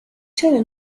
چرا